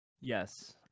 Yes